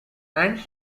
and